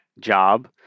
job